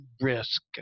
risk